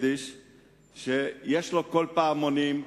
שיש לו קול פעמונים.